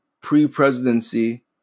pre-presidency